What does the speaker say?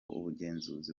ubugenzuzi